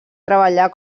treballar